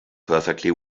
perfectly